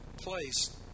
place